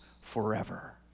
forever